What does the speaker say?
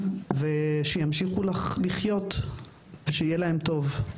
שיוכלו להמשיך לחיות ושיהיה להם טוב.